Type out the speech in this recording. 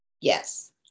yes